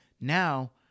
now